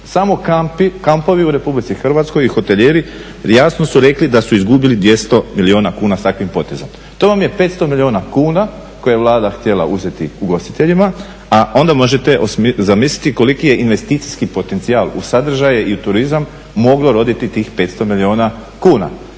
Samo kampovi u Republici Hrvatskoj i hotelijeri jasno su rekli da su izgubili 200 milijuna kuna sa takvim potezom. To vam je 500 milijuna kuna koje je Vlada htjela uzeti ugostiteljima a onda možete zamisliti koliki je investicijski potencijal u sadržaje i turizam moglo uroditi tih 500 milijuna kuna.